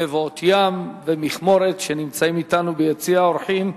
"מבואות-ים מכמורת", שנמצאים אתנו ביציע האורחים.